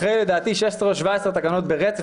אחרי 16 או 17 תקנות ברצף,